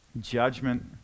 judgment